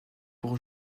pour